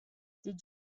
did